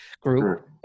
group